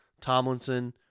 Tomlinson